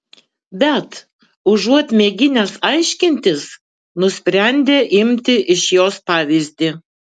bet užuot mėginęs aiškintis nusprendė imti iš jos pavyzdį